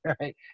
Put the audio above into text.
right